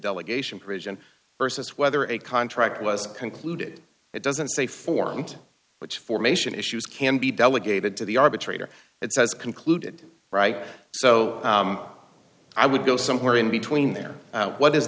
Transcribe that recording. delegation pridgen versus whether a contract was concluded it doesn't say formed which formation issues can be delegated to the arbitrator it says concluded right so i would go somewhere in between there what does